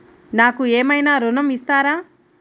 నాకు ఏమైనా ఋణం ఇస్తారా?